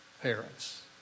parents